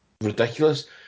ridiculous